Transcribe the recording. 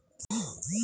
Pisciculture কি?